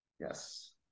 Yes